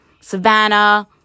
Savannah